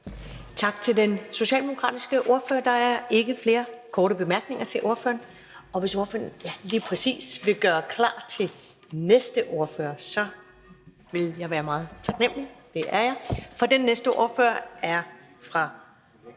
Tak til den socialdemokratiske ordfører. Der er ikke flere korte bemærkninger til ordføreren, og hvis ordføreren vil gøre klar til den næste ordfører, vil jeg være meget taknemlig. Den næste ordfører er fra